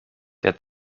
der